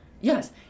yes